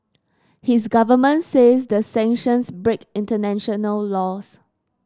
his government says the sanctions break international laws